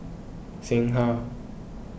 Singha